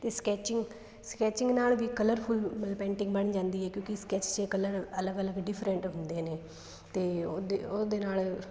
ਅਤੇ sketching sketching ਨਾਲ ਵੀ ਕਲਰਫੁਲ ਮਲ ਪੇਂਟਿੰਗ ਬਣ ਜਾਂਦੀ ਹੈ ਕਿਉਂਕਿ ਸਕੈਚ ਦੇ ਕਲਰ ਅਲੱਗ ਅਲੱਗ ਡਿਫਰੈਂਟ ਹੁੰਦੇ ਨੇ ਅਤੇ ਉਹਦੇ ਉਹਦੇ ਨਾਲ